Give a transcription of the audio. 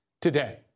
today